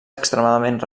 extremadament